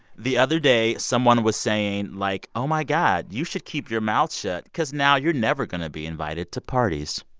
the other day, someone was saying like, oh, my god you should keep your mouth shut because now you're never going to be invited to parties.